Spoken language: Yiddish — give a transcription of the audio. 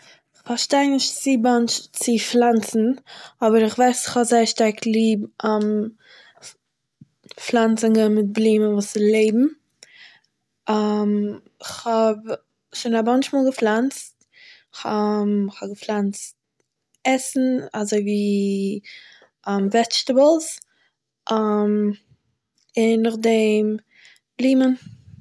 איך פארשטיי נישט צו באנטש צו פלאנצן, אבער איך ווייס איך האב זייער שטארק ליב פלאנצונגען מיט בלומען וואס לעבן, כ'האב שוין א באנטש מאל געפלאנצט, כ'האב געפלאנצט עסן אזויווי וועדזשטעבלס און נאכדעם, בלומען